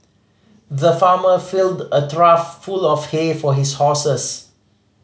the farmer filled a trough full of hay for his horses